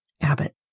Abbott